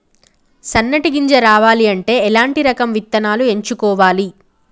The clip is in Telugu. సన్నటి గింజ రావాలి అంటే ఎలాంటి రకం విత్తనాలు ఎంచుకోవాలి?